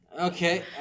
Okay